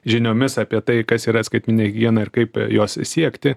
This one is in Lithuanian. žiniomis apie tai kas yra skaitmeninė higiena ir kaip jos siekti